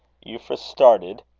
euphra started,